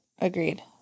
agreed